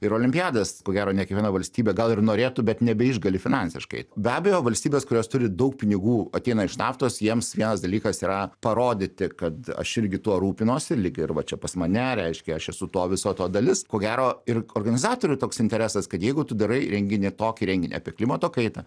ir olimpiadas ko gero ne kiekviena valstybė gal ir norėtų bet nebeišgali finansiškai be abejo valstybės kurios turi daug pinigų ateina iš naftos jiems vienas dalykas yra parodyti kad aš irgi tuo rūpinosi lyg ir va čia pas mane reiškia aš esu to viso to dalis ko gero ir organizatorių toks interesas kad jeigu tu darai renginį tokį renginį apie klimato kaitą